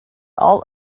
all